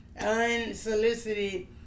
unsolicited